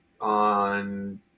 on